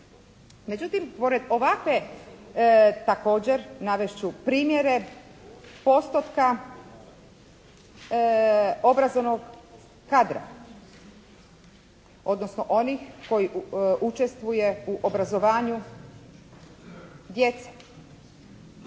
Međutim pored ovakve također navest ću primjere postotka obrazovnog kadra, odnosno onih koji učestvuje u obrazovanju djece.